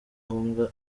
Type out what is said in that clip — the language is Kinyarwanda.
ngombwa